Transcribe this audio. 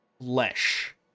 flesh